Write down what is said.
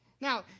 Now